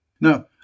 Now